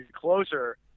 closer